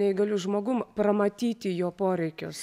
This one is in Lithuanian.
neįgaliu žmogum pramatyti jo poreikius